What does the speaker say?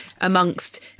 amongst